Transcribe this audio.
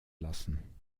lassen